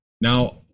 Now